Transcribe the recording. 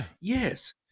Yes